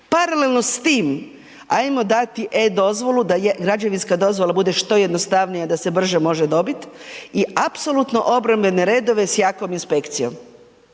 Paralelno s tim hajmo dati e-dozvolu da građevinska dozvola bude što jednostavnija da se brže može dobiti. I apsolutno obrambene redove sa jakom inspekcijom.